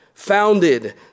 Founded